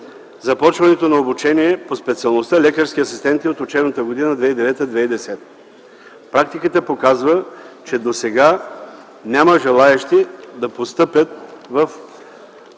започването на обучение по специалността „лекарски асистенти” от учебната 2010-2011 г. Практиката показва, че досега няма желаещи, вероятно в